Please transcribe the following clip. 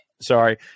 Sorry